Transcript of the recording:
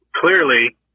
clearly